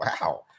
wow